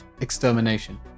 extermination